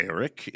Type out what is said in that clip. Eric